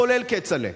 כולל כצל'ה.